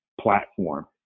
platform